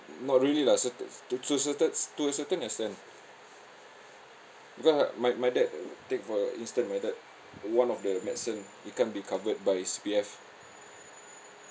not really lah certai~ to certains to a certain extent because my my dad take for instance my dad one of the medicine it can't be covered by C_P_F